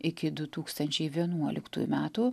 iki du tūkstančiai vienuoliktų metų